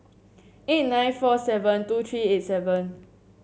eight nine four seven two tree eight seven